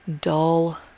dull